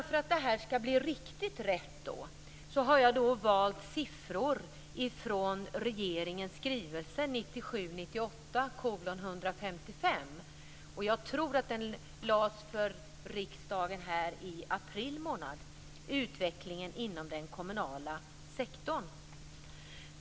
För att detta skall bli riktigt rätt, har jag valt siffror från regeringens skrivelse 1997/98:155. Den lades fram för riksdagen i april månad och rör utvecklingen inom den kommunala sektorn.